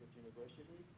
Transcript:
university.